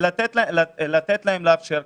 לתת להם ולאפשר.